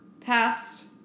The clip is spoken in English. past